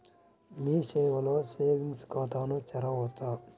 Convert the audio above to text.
మీ సేవలో సేవింగ్స్ ఖాతాను తెరవవచ్చా?